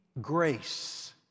grace